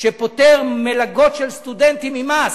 שפוטר מלגות של סטודנטים ממס,